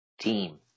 team